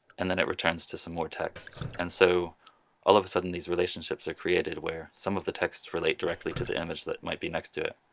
and then it returns to some more texts. and so all of a sudden these relationships are created where some of the texts relate directly to the image that might be next to it,